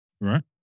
right